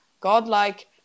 godlike